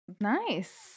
Nice